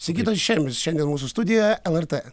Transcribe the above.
sigitas šemis šiandien mūsų studija lrt